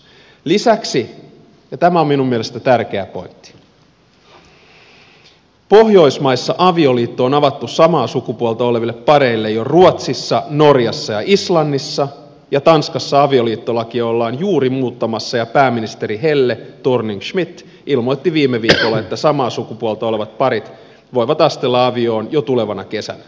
lisäksi ja tämä on minun mielestäni tärkeä pointti pohjoismaissa avioliitto on avattu samaa sukupuolta oleville pareille jo ruotsissa norjassa ja islannissa ja tanskassa avioliittolakia ollaan juuri muuttamassa ja pääministeri helle thorning schmidt ilmoitti viime viikolla että samaa sukupuolta olevat parit voivat astella avioon jo tulevana kesänä